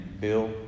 Bill